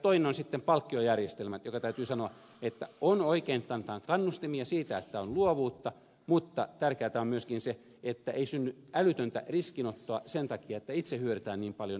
toinen on sitten palkkiojärjestelmä josta täytyy sanoa että on oikein että annetaan kannustimia siitä että on luovuutta mutta tärkeätä on myöskin se että ei synny älytöntä riskinottoa sen takia että itse hyödytään niin paljon